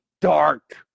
dark